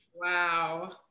wow